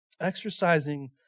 Exercising